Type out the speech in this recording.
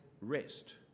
rest